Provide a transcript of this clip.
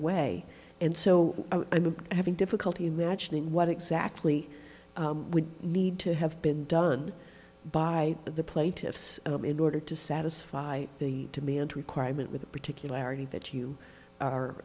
way and so i'm having difficulty imagining what exactly would need to have been done by the plaintiffs in order to satisfy the demand requirement with particularity that you are